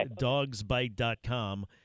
dogsbite.com